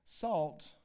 Salt